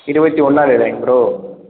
இருபத்தி ஒன்றாம் தேதியாங்க ப்ரோ